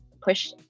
push